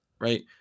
right